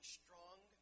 strong